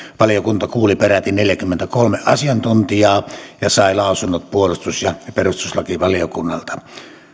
valiokunta kuuli peräti neljääkymmentäkolmea asiantuntijaa ja sai lausunnot puolustus ja perustuslakivaliokunnalta